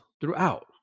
throughout